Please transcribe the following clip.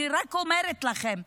אני רק אומרת לכם,